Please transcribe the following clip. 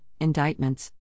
Indictments